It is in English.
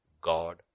God